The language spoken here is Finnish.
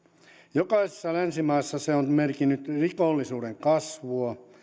jokaisessa länsimaassa se on merkinnyt rikollisuuden kasvua